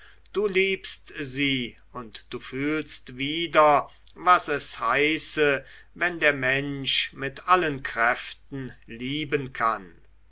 du liebst sie und du fühlst wieder was es heiße wenn der mensch mit allen kräften lieben kann